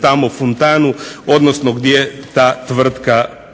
tamo Funtanu odnosno gdje ta tvrtka posjeduje.